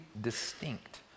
distinct